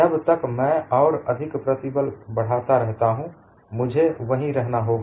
जब तक मैं और अधिक प्रतिबल बढ़ाता रहता हूं मुझे वहीं रहना होगा